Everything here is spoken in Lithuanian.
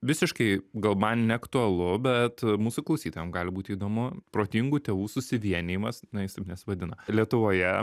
visiškai gal man neaktualu bet mūsų klausytojam gali būti įdomu protingų tėvų susivienijimas na jis taip nesivadina lietuvoje